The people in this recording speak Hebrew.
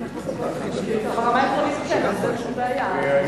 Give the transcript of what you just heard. אם ברמה העקרונית כן, אז אין שום בעיה.